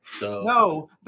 No